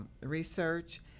research